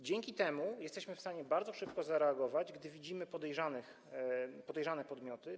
Dzięki temu jesteśmy w stanie bardzo szybko zareagować, gdy widzimy podejrzane podmioty.